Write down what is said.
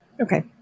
Okay